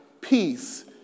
peace